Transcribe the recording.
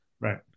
Right